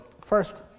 first